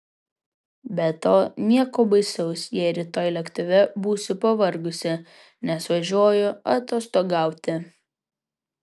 be to nieko baisaus jei rytoj lėktuve būsiu pavargusi nes važiuoju atostogauti